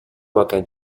پاکن